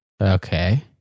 Okay